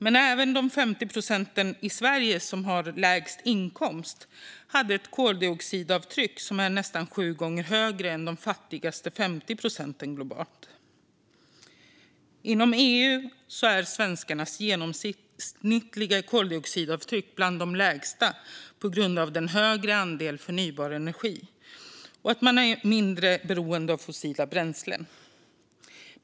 Men även de 50 procenten i Sverige med lägst inkomst hade ett koldioxidavtryck som var nästan 7 gånger större än de fattigaste 50 procenten globalt. Inom EU är svenskarnas genomsnittliga koldioxidavtryck bland de lägsta på grund av en högre andel förnybar energi och ett mindre beroende av fossila bränslen.